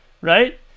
Right